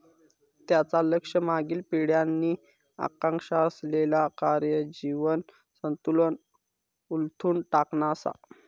त्यांचा लक्ष मागील पिढ्यांनी आकांक्षा असलेला कार्य जीवन संतुलन उलथून टाकणा असा